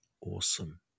awesome